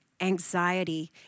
anxiety